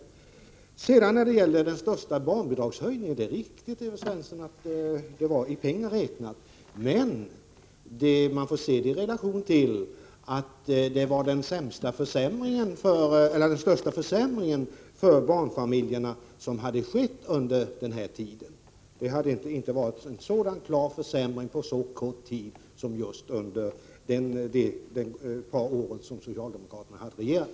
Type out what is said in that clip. När det sedan gäller talet om den största barnbidragshöjningen är det riktigt, Evert Svensson, att den var störst i pengar räknat. Men man får se det i relation till att barnfamiljerna under tiden dessförinnan hade fått vidkännas den största försämring som dittills hade skett. De hade inte fått uppleva en så stor försämring under så kort tid som under de båda år som socialdemokraterna hade regerat.